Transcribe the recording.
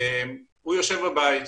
הוא יושב בבית,